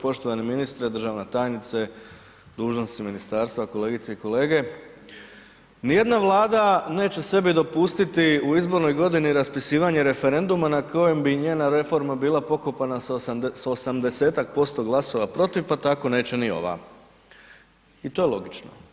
Poštovani ministre, državna tajnice, dužnosnici ministarstva, kolege i kolegice, ni jedna vlada neće sebi dopustiti u izbornoj godini raspisivanje referenduma na kojem bi njena reforma bila pokopana s 80-desetak posto glasova protiv, pa tako neće ni ova i to je logično.